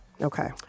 Okay